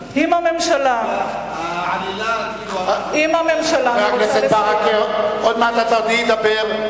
כלפי, חבר הכנסת ברכה, עוד מעט אדוני ידבר.